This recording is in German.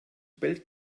bellt